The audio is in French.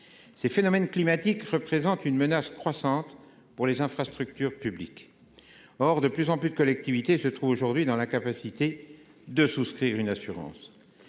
Ces phénomènes climatiques représentent une menace croissante pour les infrastructures publiques. Or de plus en plus de collectivités se trouvent aujourd’hui dans l’incapacité de souscrire un contrat